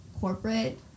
corporate